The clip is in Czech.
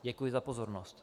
Děkuji za pozornost.